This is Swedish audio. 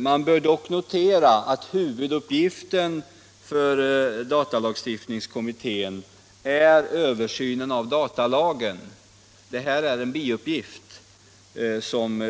Man bör dock notera att datalagstiftningskommitténs huvuduppgift är att se över datalagen och att det som